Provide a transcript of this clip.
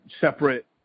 separate